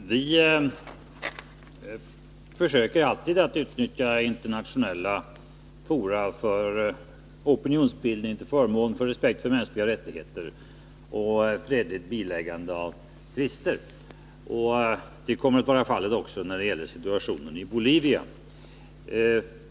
Herr talman! Vi försöker alltid utnyttja internationella fora för opinionsbildning till förmån för respekt för mänskliga rättigheter och fredligt biläggande av tvister. Det kommer att bli fallet också när det gäller situationen i Bolivia.